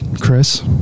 Chris